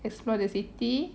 explore the city